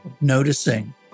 Noticing